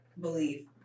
believe